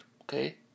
Okay